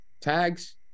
tags